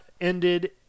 ended